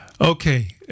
Okay